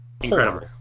incredible